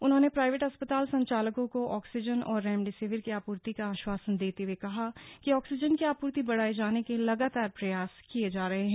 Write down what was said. उन्होंने प्राईवेट अस्पताल संचालकों को ऑक्सीजन और रेमिडिसिविर की आपूर्ति का आश्वासन देते हुए कहा कि ऑक्सीजन की आपूर्ति बढ़ाए जाने के लगातार प्रयास किए जा रहे हैं